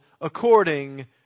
according